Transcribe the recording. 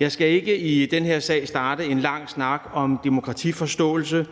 Jeg skal ikke i den her sag starte en lang snak om demokratiforståelse,